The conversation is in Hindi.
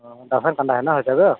हाँ दर्शन करना है ना वैसे तो